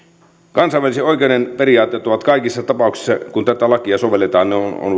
kansainvälisen oikeuden periaatteet ovat kaikissa tapauksissa kun tätä lakia sovelletaan